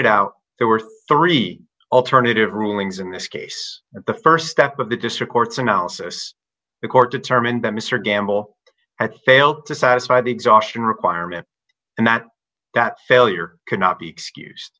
supported out there were three alternative rulings in this case the st step of the district court's analysis the court determined that mr gamble at failed to satisfy the exhaustion requirement and that that failure could not be excuse